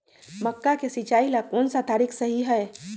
मक्का के सिचाई ला कौन सा तरीका सही है?